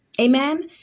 Amen